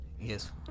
Yes